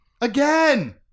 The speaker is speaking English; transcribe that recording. again